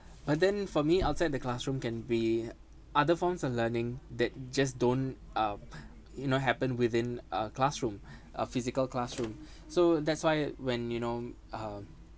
but then for me outside the classroom can be other forms of learning that just don't uh you know happen within a classroom a physical classroom so that's why when you know um